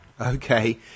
Okay